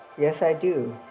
yes i do.